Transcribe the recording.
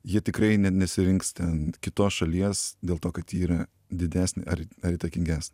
jie tikrai ne nesirinks ten kitos šalies dėl to kad ji yra didesnė ar įtakingesnė